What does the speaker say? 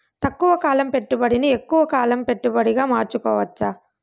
తక్కువ కాలం పెట్టుబడిని ఎక్కువగా కాలం పెట్టుబడిగా మార్చుకోవచ్చా?